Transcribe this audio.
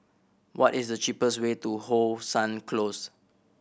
what is the cheapest way to How Sun Close